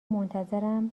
منتظرم